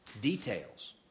Details